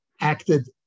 acted